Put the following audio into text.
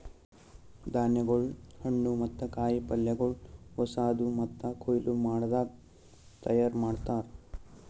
ಧಾನ್ಯಗೊಳ್, ಹಣ್ಣು ಮತ್ತ ಕಾಯಿ ಪಲ್ಯಗೊಳ್ ಹೊಸಾದು ಮತ್ತ ಕೊಯ್ಲು ಮಾಡದಾಗ್ ತೈಯಾರ್ ಮಾಡ್ತಾರ್